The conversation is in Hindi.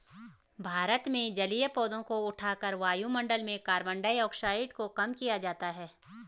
भारत में जलीय पौधों को उठाकर वायुमंडल में कार्बन डाइऑक्साइड को कम किया जाता है